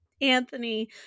Anthony